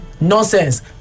nonsense